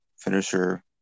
finisher